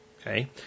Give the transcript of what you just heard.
Okay